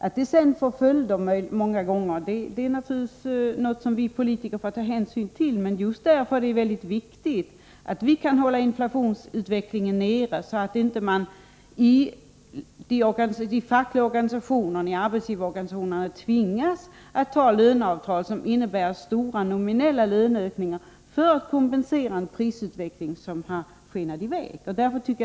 Att de avtal som träffats många gånger får följder är naturligtvis någonting som vi politiker får ta hänsyn till, men just därför är det väldigt viktigt att vi kan hålla inflationsutvecklingen nere, så att inte de fackliga organisationerna och arbetsgivarorganisationerna tvingas att sluta avtal som innebär stora nominella löneökningar för att kompensera en prisutveckling som har skenat i väg.